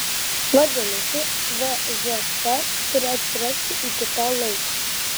vadinasi vžf turi atsirasti iki to laiko